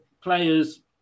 players